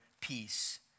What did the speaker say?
peace